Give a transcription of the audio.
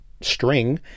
string